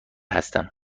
هستم